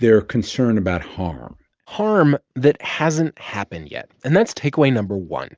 they're concerned about harm harm that hasn't happened yet. and that's takeaway no. one